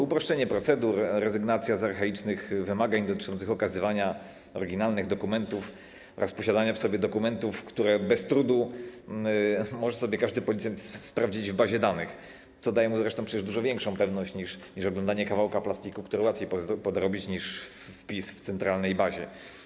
Uproszczenie procedur, rezygnację z archaicznych wymagań dotyczących okazywania oryginalnych dokumentów oraz posiadania przy sobie dokumentów, które bez trudu może sobie każdy policjant sprawdzić w bazie danych, co daje mu zresztą przecież dużo większą pewność niż oglądanie kawałka plastiku, który łatwiej podrobić niż wpis w centralnej bazie.